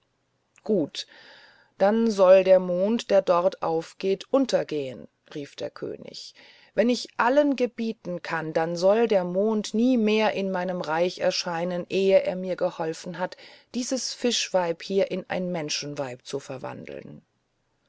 gut dann soll der mond der dort aufgeht untergehen rief der könig wenn ich allen gebieten kann dann soll der mond nie mehr in meinem reich erscheinen ehe er mir geholfen hat dieses fischweib hier in ein menschenweib zu verwandeln